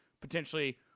potentially